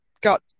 got